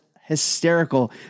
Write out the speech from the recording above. hysterical